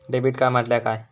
Debit card म्हटल्या काय?